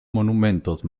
monumentos